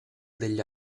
degli